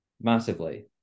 massively